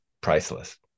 priceless